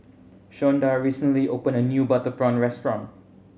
Shonda recently opened a new butter prawn restaurant